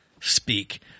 Speak